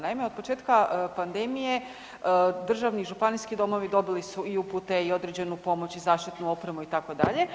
Naime, od početka pandemije državni i županijski domovi dobili su i upute, i određenu pomoć, i zaštitnu opremu itd.